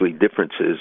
differences